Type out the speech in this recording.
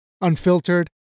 unfiltered